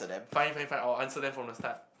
fine fine fine I will answer them from the start